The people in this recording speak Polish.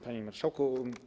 Panie Marszałku!